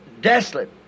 desolate